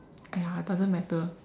!aiya! doesn't matter